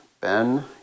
Ben